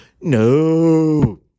No